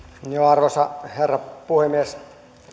arvoisa herra puhemies on hyvä että puhutaan välillä